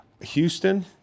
Houston